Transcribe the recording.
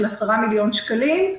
של 10 מיליון שקלים.